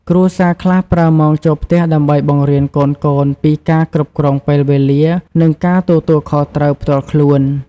គ្រួសារខ្លះប្រើម៉ោងចូលផ្ទះដើម្បីបង្រៀនកូនៗពីការគ្រប់គ្រងពេលវេលា និងការទទួលខុសត្រូវផ្ទាល់ខ្លួន។